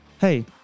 hey